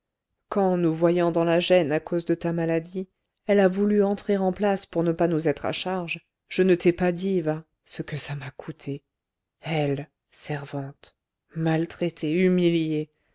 quand nous voyant dans la gêne à cause de ta maladie elle a voulu entrer en place pour ne pas nous être à charge je ne t'ai pas dit va ce que ça m'a coûté elle servante maltraitée humiliée